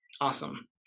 Awesome